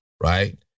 Right